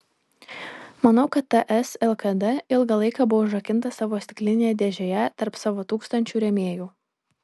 manau kad ts lkd ilgą laiką buvo užrakinta savo stiklinėje dėžėje tarp savo tūkstančių rėmėjų